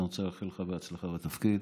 אני רוצה לאחל לך בהצלחה בתפקיד.